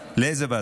לאיזו ועדה?